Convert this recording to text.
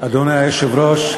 אדוני היושב-ראש,